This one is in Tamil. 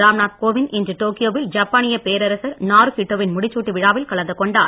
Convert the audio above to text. ராம்நாத் கோவிந்த் இன்று டோக்கியோவில் ஜப்பானிய பேரசர் நாருஹிட்டோ வின் முடிசூட்டு விழாவில் கலந்து கொண்டார்